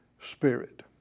spirit